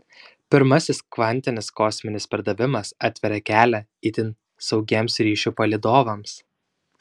pirmasis kvantinis kosminis perdavimas atveria kelią itin saugiems ryšių palydovams